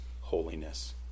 holiness